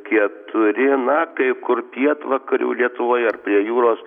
keturi na kai kur pietvakarių lietuvoje ar prie jūros